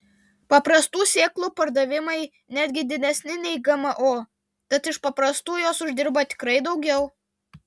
paprastų sėklų pardavimai netgi didesni nei gmo tad iš paprastų jos uždirba tikrai daugiau